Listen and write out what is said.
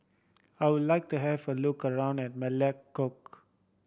I would like to have a look around at Melekeok